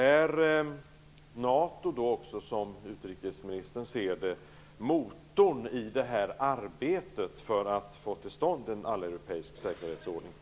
Är NATO, som utrikesministern ser det, motorn i arbetet för att få till stånd en alleuropeisk säkerhetsordning?